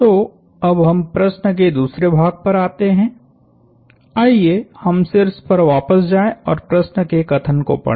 तो अब हम प्रश्न के दूसरे भाग पर आते हैं आइए हम शीर्ष पर वापस जाएँ और प्रश्न के कथन को पढ़ें